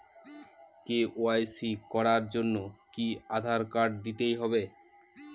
KYC করার জন্য কি আধার কার্ড দিতেই হবে?